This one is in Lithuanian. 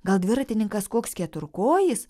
gal dviratininkas koks keturkojis